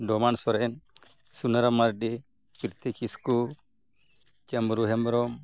Doman Soren Sunaram Mardi Priti Kisku Chamru Hembrom